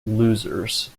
losers